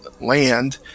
land